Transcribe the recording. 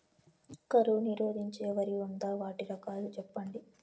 కరువు నిరోధించే వరి ఉందా? వాటి రకాలు చెప్పండి?